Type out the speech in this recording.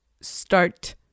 start